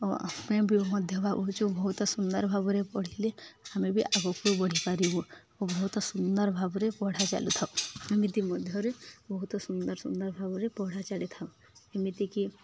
ଓ ଆମେ ବି ମଧ୍ୟ ଭାବୁଚୁ ବହୁତ ସୁନ୍ଦର ଭାବରେ ପଢ଼ିଲେ ଆମେ ବି ଆଗକୁ ବଢ଼ିପାରିବୁ ଓ ବହୁତ ସୁନ୍ଦର ଭାବରେ ପଢ଼ା ଚାଲିଥାଉ ଏମିତି ମଧ୍ୟରେ ବହୁତ ସୁନ୍ଦର ସୁନ୍ଦର ଭାବରେ ପଢ଼ା ଚାଲିଥାଉ ଏମିତିକି